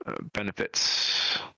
benefits